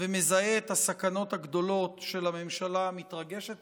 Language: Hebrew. ומזהה את הסכנות הגדולות של הממשלה המתרגשת